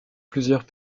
plusieurs